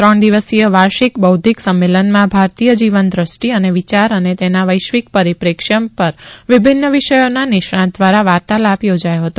ત્રણ દિવસીય વાર્ષિક બૌધ્યિક સમેલનમાં ભારતીય જીવન દ્રષ્ટિ અને વિયાર અને તેના વૈશ્વિક પરિપ્રેક્ષ્ય પર વિભિન્ન વિષયોના નિષ્ણાંત ધ્વારા વાર્તાલાપ યોજાયો હતો